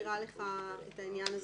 להוסיף ריענון שנתיים,